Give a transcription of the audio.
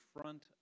front